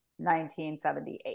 1978